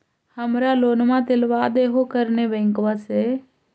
हमरा लोनवा देलवा देहो करने बैंकवा से?